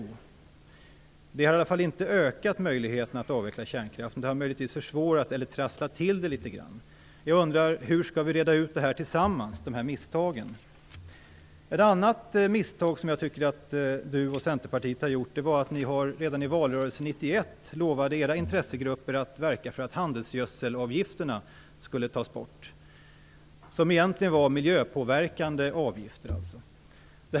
Det här har i varje fall inte ökat möjligheterna att avveckla kärnkraften; möjligtvis har det försvårat eller trasslat till det litet grand. Hur skall vi tillsammans reda ut de här misstagen? Ett annat misstag som jag tycker att Olof Johansson och Centerpartiet har gjort är att man redan i valrörelsen 1991 lovade sina intressegrupper att verka för att handelsgödselavgifterna, som egentligen var miljöpåverkande avgifter, skulle tas bort.